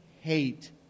hate